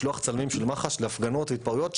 לשלוח צלמים של מח"ש להפגנות והתפרעויות,